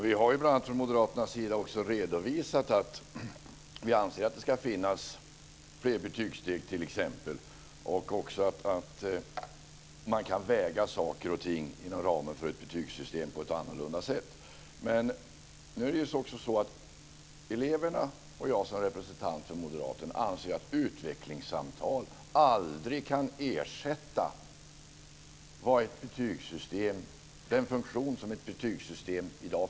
Fru talman! Vi i Moderaterna har ju också redovisat att vi anser att det ska finnas fler betygssteg t.ex. Vi anser också att man kan väga saker och ting på ett annorlunda sätt inom ramen för ett betygssystem. Men det är ju så att eleverna och jag som representant för Moderaterna anser att utvecklingssamtal aldrig kan ersätta den funktion som ett betygssystem har i dag.